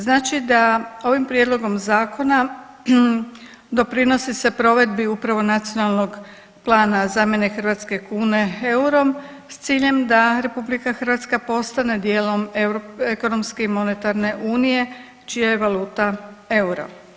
Znači da ovim prijedlogom zakona doprinosi se provedbi upravo Nacionalnog plana zamjene hrvatske kune eurom, s ciljem da RH postane dijelom ekonomski i monetarne unije čija je valuta euro.